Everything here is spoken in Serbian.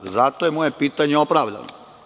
Zato je moje pitanje opravdano.